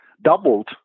doubled